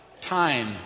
time